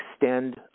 extend